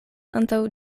antaŭ